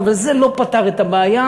אבל זה לא פתר את הבעיה.